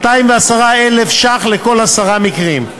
עלות הצעת החוק מוערכת ב-210,000 ש"ח לכל עשרה מקרים.